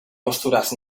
posturas